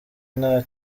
nta